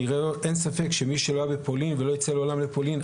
אין ספק שמי שלא היה בפולין ולא יצא לעולם לפולין,